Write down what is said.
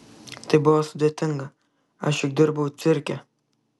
tai buvo sudėtinga aš juk dirbau cirke